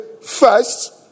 first